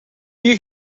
you